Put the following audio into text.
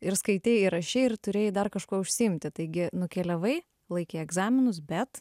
ir skaitei ir rašei ir turėjai dar kažkuo užsiimti taigi nukeliavai laikei egzaminus bet